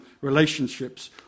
relationships